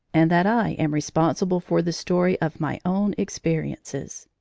and that i am responsible for the story of my own experiences.